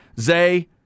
Zay